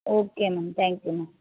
okay ma'am thank you ma'am